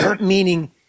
meaning